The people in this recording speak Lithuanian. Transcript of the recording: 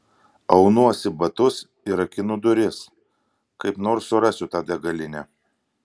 aunuosi batus ir rakinu duris kaip nors surasiu tą degalinę